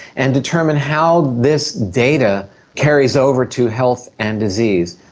and determine how this data carries over to health and disease.